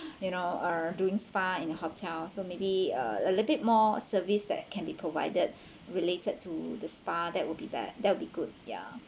you know uh doing spa in the hotel so maybe uh a little bit more service that can be provided related to the spa that would be bet~ that would be good ya